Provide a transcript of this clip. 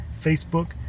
Facebook